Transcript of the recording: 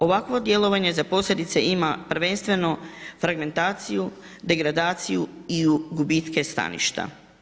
Ovakvo djelovanje za posljedice ima prvenstveno fragmentaciju, degradaciju i gubitke staništa.